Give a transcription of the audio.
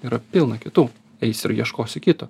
yra pilną kitų eisi ir ieškosi kito